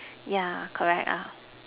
yeah correct ah